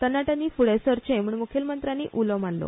तरनाट्यांनी फ्डें सरचे म्हण मुखेलमत्र्यांनी उलो मारलो